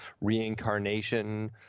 reincarnation